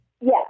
Yes